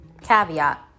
Caveat